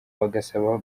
bagasaba